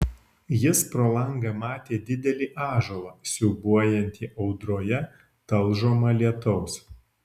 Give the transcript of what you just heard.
jis pro langą matė didelį ąžuolą siūbuojantį audroje talžomą lietaus